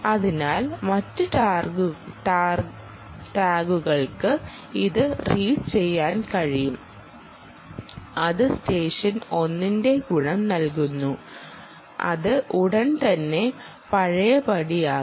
അതിനാൽ മറ്റ് ടാഗുകൾക്ക് ഇത് റീഡ് ചെയ്യാൻ കഴിയും അത് സ്റ്റെഷൻ 1 ന്റെ ഗുണം നൽകുന്നു അത് ഉടൻ തന്നെ പഴയപടിയാക്കും